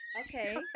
Okay